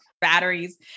batteries